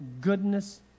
goodness